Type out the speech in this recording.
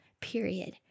period